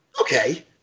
Okay